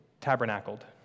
Tabernacled